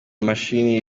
mashini